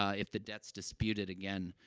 ah if the debt's disputed, again,